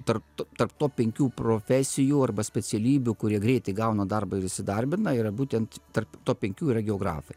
tarp tarp top penkių profesijų arba specialybių kurie greitai gauna darbą ir įsidarbina yra būtent tarp top penkių yra geografai